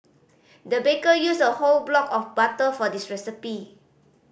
the baker used a whole block of butter for this recipe